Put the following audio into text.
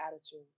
attitude